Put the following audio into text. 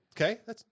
Okay